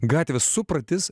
gatvės supratis